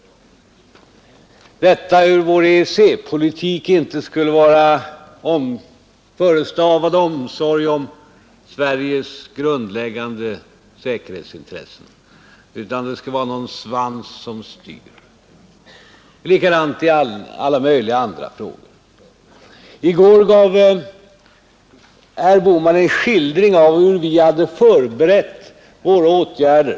Ta t.ex. detta att vår EEC-politik inte skulle vara förestavad av omsorg om Sveriges grundläggande säkerhetsintressen, utan att det skulle vara något slags svans som styr. Likadant är det i alla möjliga andra frågor. I går gav herr Bohman en skildring av hur vi hade förberett våra konjunkturpolitiska åtgärder.